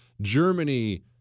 Germany